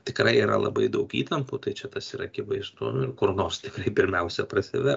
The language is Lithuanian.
tikrai yra labai daug įtampų tai čia tas yra akivaizdu nu ir kur nors tikrai pirmiausia prasideda